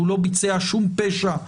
והוא לא ביצע שום פשע,